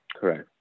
Correct